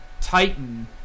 Titan